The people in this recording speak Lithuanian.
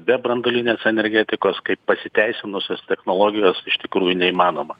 be branduolinės energetikos kaip pasiteisinusias technologijos iš tikrųjų neįmanoma